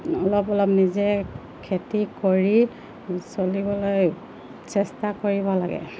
অলপ অলপ নিজে খেতি কৰি চলিবলৈ চেষ্টা কৰিব লাগে